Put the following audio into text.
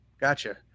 Gotcha